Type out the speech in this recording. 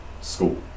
School